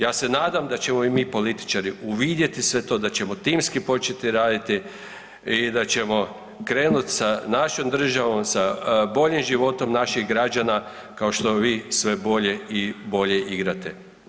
Ja se nadam da ćemo i mi političari uvidjeti sve to, da ćemo timski početi raditi i da ćemo krenut sa našom državom, sa boljim životom naših građana kao što vi sve bolje i bolje igrate.